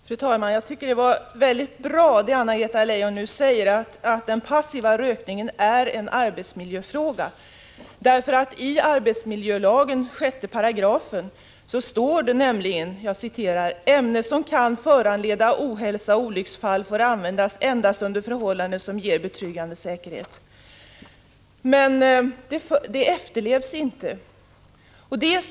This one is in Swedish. Fru talman! Jag tycker att det som Anna-Greta Leijon sade var mycket bra, nämligen att den passiva rökningen är en arbetsmiljöfråga. I arbetsmiljölagens 6 § står det faktiskt: ” Ämne som kan föranleda ohälsa och olycksfall får användas endast under förhållanden som ger betryggande säkerhet.” Men bestämmelsen efterlevs inte.